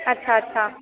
ਅੱਛਾ ਅੱਛਾ